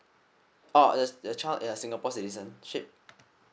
orh the the child ya singapore citizenship